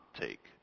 take